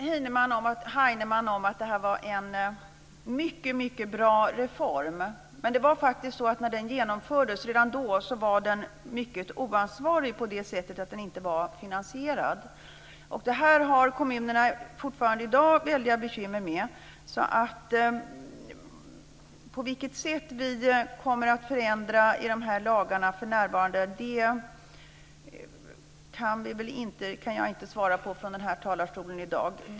Fru talman! Jag håller med Kerstin Heinemann om att det var en mycket bra reform. Men redan då den genomfördes var den mycket oansvarig på det sättet att den inte var finansierad. Det här har kommunerna fortfarande väldiga bekymmer med. På vilket sätt vi kommer att förändra i de här lagarna kan jag inte ge ett svar på i dag från denna talarstol.